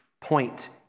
point